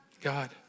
God